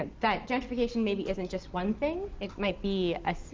ah that gentrification maybe isn't just one thing. it might be a